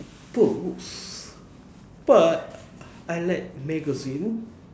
but I like magazine